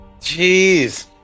Jeez